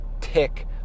tick